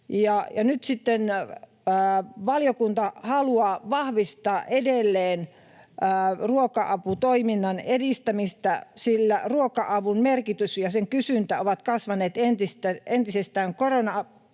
nyt sitten valiokunta haluaa vahvistaa edelleen ruoka-aputoiminnan edistämistä, sillä ruoka-avun merkitys ja sen kysyntä ovat kasvaneet entisestään koronaepidemian